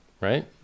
right